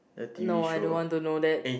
no I don't want to know that